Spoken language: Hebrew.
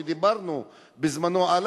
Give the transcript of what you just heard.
שדיברנו עליו בזמנו,